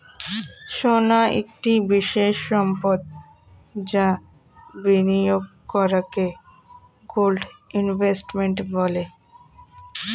সোনা একটি বিশেষ সম্পদ যা বিনিয়োগ করাকে গোল্ড ইনভেস্টমেন্ট বলে